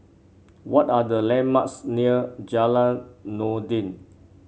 what are the landmarks near Jalan Noordin